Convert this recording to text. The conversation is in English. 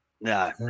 no